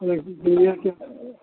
लेकिन दुनिआके